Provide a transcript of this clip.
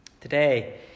Today